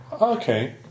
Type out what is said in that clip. Okay